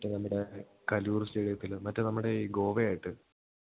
മറ്റേ നമ്മുടെ കലൂർ സ്റ്റേഡിയത്തിൽ മറ്റേ നമ്മുടെ ഈ ഗോവെയായിട്ട്